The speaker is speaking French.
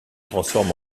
transforma